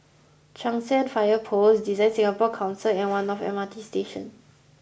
Cheng San Fire Post DesignSingapore Council and One North M R T Station